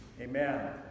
amen